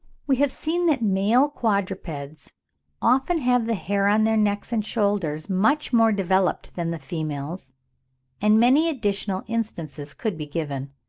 we have seen that male quadrupeds often have the hair on their necks and shoulders much more developed than the females and many additional instances could be given.